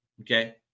Okay